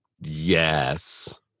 yes